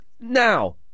now